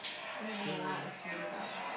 oh no !wow! it's really loud